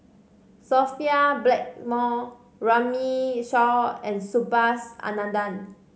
Sophia Blackmore Runme Shaw and Subhas Anandan